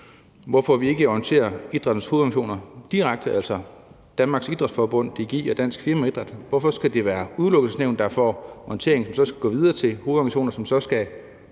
hvorfor vi ikke orienterer idrættens hovedorganisationer direkte, altså Danmarks Idrætsforbund, DGI og Dansk Firmaidræt. Hvorfor skal det være Udelukkelsesnævnet, der får orienteringen, som så skal gå videre til hovedorganisationerne, som så skal